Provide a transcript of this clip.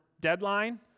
deadline